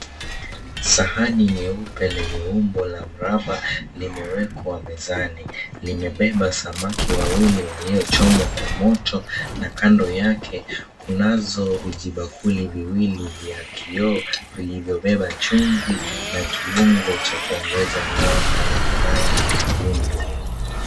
Sahani nyeupe lenye umbo la mraba, limewekwa mezani. Limebeba samaki wawili waliochomwa kwa moto, na kando yake kunazo vibauli viwili vya kioo. Vilivyobeba chumvi, na kiungo cha kuongeza ladha yenye rangi nyekundu.